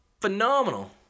phenomenal